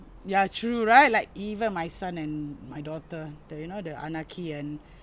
ya true right like even my son and my daughter that you know the anaki and